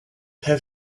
have